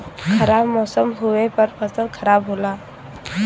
खराब मौसम होवे पर फसल खराब होला